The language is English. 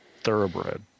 thoroughbred